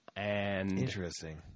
Interesting